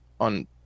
on